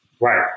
Right